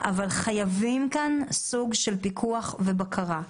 אבל חייבים כאן סוג של פיקוח ובקרה.